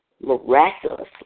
miraculously